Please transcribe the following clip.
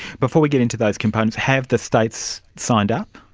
before we get into those components, have the states signed up?